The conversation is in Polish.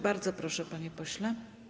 Bardzo proszę, panie pośle.